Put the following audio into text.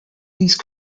these